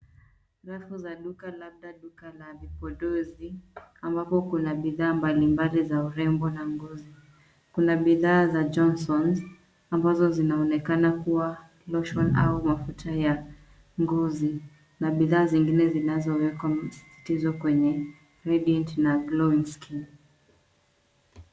Rafu za duka labda duka za vipodozi ambapo kuna bidhaa mbalimbali za urembo na ngozi. Kuna bidhaa za Johnsons ambazo zinaonekana kuwa lotion au mafuta ya ngozi na bidhaa zingine zinazoweka msisitizo kwenye Radiant na Glowing skin .